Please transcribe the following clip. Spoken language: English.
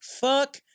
fuck